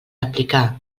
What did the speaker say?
aplicar